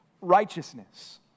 righteousness